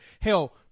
Hell